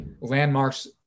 landmarks